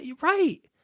Right